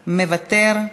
מוותר,